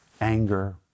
anger